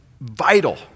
vital